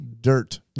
Dirt